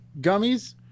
gummies